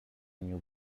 new